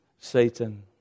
Satan